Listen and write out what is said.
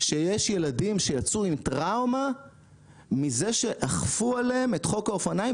שיש ילדים שיצאו עם טראומה מזה שאכפו עליהם את חוק האופניים,